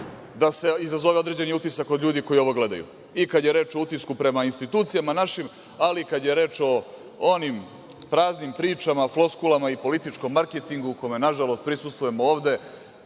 da se izazove određeni utisak kod ljudi koji ovo gledaju i kada je reč o utisku prema institucijama našim, ali kad je reč o onim praznim pričama, floskulama i političkom marketingu, kome, nažalost, prisustvujemo ovde